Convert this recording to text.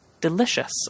delicious